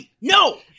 No